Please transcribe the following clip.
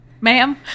ma'am